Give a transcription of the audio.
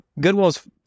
Goodwill's